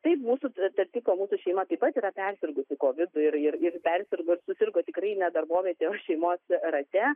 taip mūsų tarp kitko mūsų šeima taip pat yra persirgusi kovidu ir ir persirgo ir susirgo tikrai ne darbovietėj o šeimos rate